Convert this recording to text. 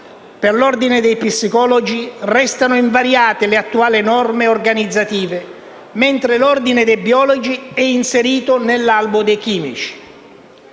Per l'Ordine degli psicologi restano invariate le attuali norme organizzative, mentre l'Ordine dei biologi è inserito nell'albo dei chimici.